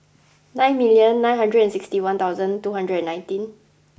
nine million nine hundred and sixty one thousand two hundred and nineteen